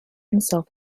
himself